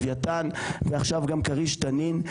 לווייתן ועכשיו גם כריש-תנין.